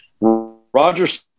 Roger